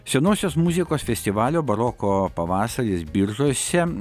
senosios muzikos festivalio baroko pavasaris biržuose